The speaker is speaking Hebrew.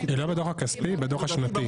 היא לא בדו"ח הכספי, היא בדו"ח השנתי.